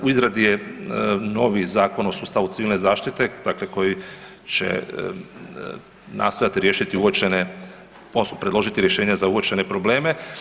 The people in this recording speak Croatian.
U izradi je novi Zakon u sustavu civilne zaštite dakle koji će nastojati riješiti uočene odnosno predložiti rješenje za uočene probleme.